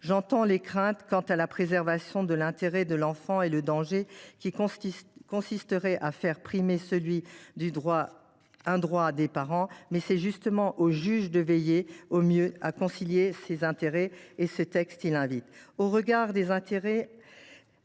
J’entends les craintes quant à la préservation de l’intérêt de l’enfant et au danger qui consisterait à faire primer sur celui ci un droit des parents, mais c’est justement au juge de veiller à concilier au mieux ces intérêts, et ce texte l’y invite. Au regard des enjeux